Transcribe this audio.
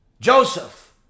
joseph